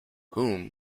whom